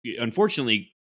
unfortunately